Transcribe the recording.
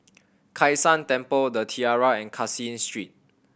Kai San Temple The Tiara and Caseen Street